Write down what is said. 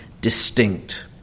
distinct